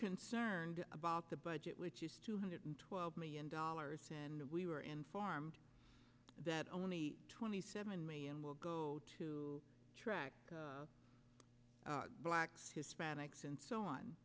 concerned about the budget which is two hundred twelve million dollars and we were informed that only twenty seven million will go to track blacks hispanics and so on